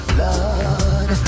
Blood